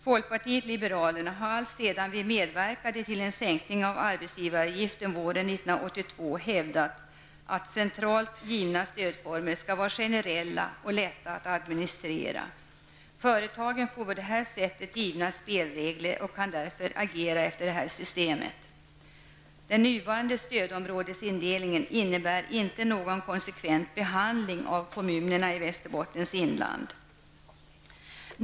Folkpartiet liberalerna har alltsedan vi medverkade till en sänkning av arbetsgivaravgiften våren 1982 hävdat att centralt givna stödformer skall vara generella och lätta att administrera. Företagen får på så sätt givna spelregler och kan därför agera efter detta system. Den nuvarande stödområdesindelningen innebär inte någon konsekvent behandling av kommunerna i Västerbottens inland.